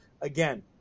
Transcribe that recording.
again